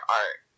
art